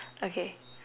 okay